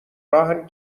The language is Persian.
راهن